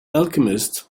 alchemist